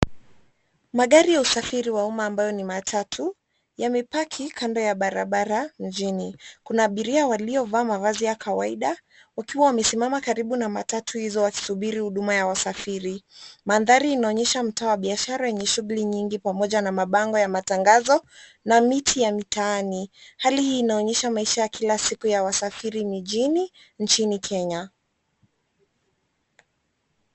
Magari ya usafiri wa umma ambayo ni matatu yamepaki kando ya barabara mjini. Kuna abiria waliovaa mavazi ya kawaida wakiwa wamesimama karibu na matatu hizo wakisuburi huduma ya wasafiri. Manthari inaonyesha mtaa wa biashara yenye shughuli nyingi pamoja na mabango ya matangazo na miti ya mitaani. Hali hii inaonyesha maisha ya kila siku ya wasafiri mijini nchini Kenya.